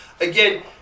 Again